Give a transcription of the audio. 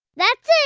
that's it.